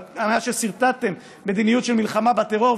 מאז שסרטטתם מדיניות של מלחמה בטרור,